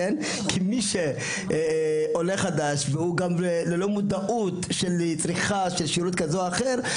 כי מי שעולה חדש והוא ללא מודעות של צריכה של שירות כזה או אחר,